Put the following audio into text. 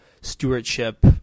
stewardship